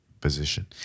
position